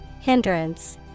Hindrance